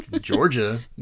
georgia